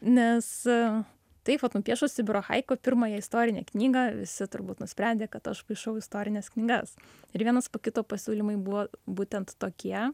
nes taip vat nupiešus sibiro haiku pirmąją istorinę knygą visi turbūt nusprendė kad aš paišau istorines knygas ir vienas po kito pasiūlymai buvo būtent tokie